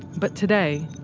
but today,